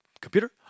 computer